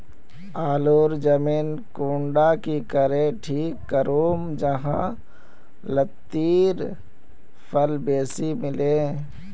आलूर जमीन कुंडा की करे ठीक करूम जाहा लात्तिर फल बेसी मिले?